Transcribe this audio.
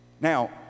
Now